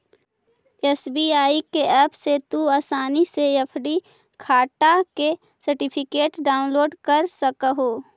SBI के app से भी तू आसानी से एफ.डी खाटा के सर्टिफिकेट डाउनलोड कर सकऽ हे